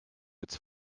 its